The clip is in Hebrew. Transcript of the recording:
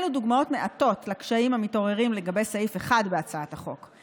אלו דוגמאות מעטות לקשיים המתעוררים לגבי סעיף אחד בהצעת החוק.